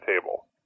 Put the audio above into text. table